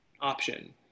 option